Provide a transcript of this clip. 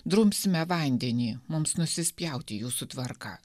drumsime vandenį mums nusispjaut į jūsų tvarką